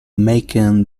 making